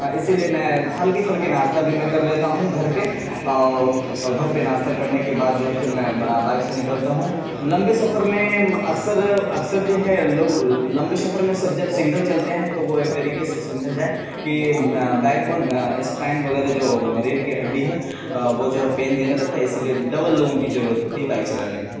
اسی لیے میں ہلکے پھلکے ناشتہ بھی میں کر لیتا ہوں گھر پہ اور گھر پہ ناشتہ کرنے کے بعد جو ہے پھر میں بائک سے نکلتا ہوں لمبے سفر میں اکثر اکثر جو ہے لوگ لمبے سفر میں سب جب سنگل چلتے ہیں تو وہ ایک طریقے سے سمجھا جائے کہ بیک بون اسپائن وغیرہ جو ریڑھ کی ہڈی ہے وہ جو ہے پین دینے لگتا ہے اسی لیے ڈبل لوگوں کی ضرورت ہوتی ہے بائک چلانے میں